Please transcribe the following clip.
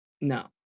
No